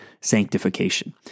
sanctification